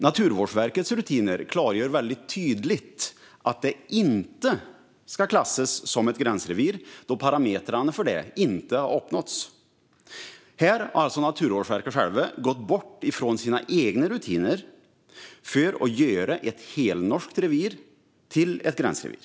Naturvårdsverkets rutiner klargör väldigt tydligt att det inte ska klassas som ett gränsrevir, då parametrarna för det inte har uppnåtts. Här har alltså Naturvårdsverket frångått sina egna rutiner för att göra ett helnorskt revir till ett gränsrevir.